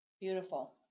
Beautiful